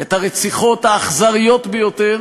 את הרציחות האכזריות ביותר